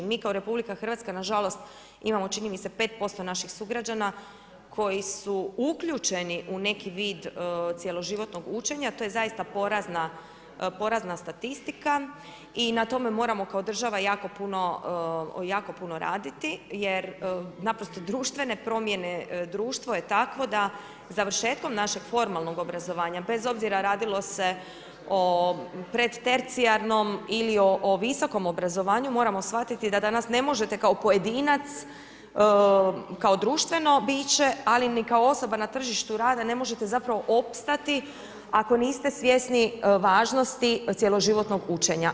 Mi kao RH, nažalost imamo čini mi se 5% naših sugrađana, koji su uključeni u neki vid cijeloživotnog učenja, to je zaista porazna statistika i na tome moramo kao država jako puno raditi jer naprosto društvene promjene, društvo je takvo, da završetkom našeg formalnog obrazovanja, bez obzira radilo se o pretercijalnom ili o visokom obrazovanju, moramo shvatiti, da danas ne možete kao pojedinac, kao društveno biće, ali ni kao osoba na tržištu rada, ne možete zapravo opstati ako niste svjesni važnosti cijeloživotnog učenja.